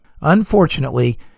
Unfortunately